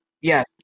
Yes